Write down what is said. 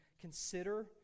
consider